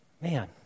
man